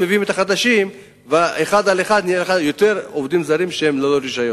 מביאים את החדשים ואחד על אחד יש לך יותר עובדים זרים שהם ללא רשיון.